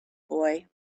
boy